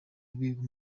rwego